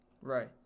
Right